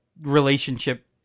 relationship